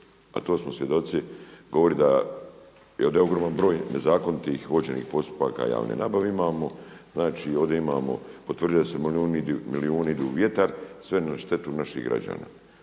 a to smo svjedoci govori da je ovdje ogroman broj nezakonitih vođenih postupaka javna nabave. Imamo znači, ovdje imao potvrdio sam milijuni idu u vjetar sve na štetu naših građana.